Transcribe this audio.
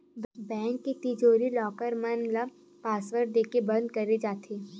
bank के तिजोरी, locker मन ल पासवर्ड देके बंद करे जाथे